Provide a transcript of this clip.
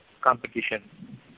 competition